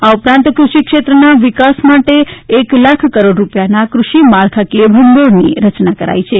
આ ઉપરાંત કૃષિ ક્ષેત્રના વિકાસ માટે એક લાખ કરોડ રૂપિયાના કૃષિ માળખાકીય ભંડોળની ર ચના કરાઇ છે